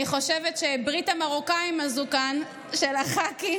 אני חושבת שברית המרוקאים הזו של הח"כים